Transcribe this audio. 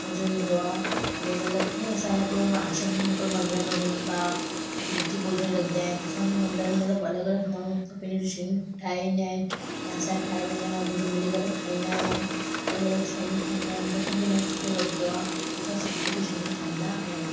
मज़ो ईंदो आहे अने मतिलब ईअं असांजे कोई इहो आशा मंदिर में वञूं था त प्रिती भोजन लॻंदा आहिनि की असांजे मंदर में मतिलब अलॻि अलॻि माण्हू असां पहिरियों शयूं ठाही ईंदा आहिनि ऐं असां ठाहे वेंदा आहियूं भोजन मिली करे खाईंदा आहियूं अलॻि अलॻि शयूं खाईंदा आहियूं त असांखे जाम सुठो लॻंदो आहे असां सुठी सुठी शयूं खाईंदा आहियूं